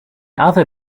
other